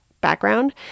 background